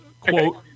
quote